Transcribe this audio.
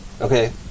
okay